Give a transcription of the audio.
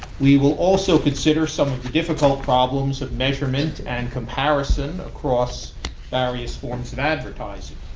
we will also consider some of the difficult problems of measurement and comparison across various forms of advertising.